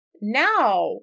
Now